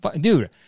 dude